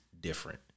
different